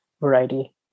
variety